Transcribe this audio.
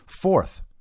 Fourth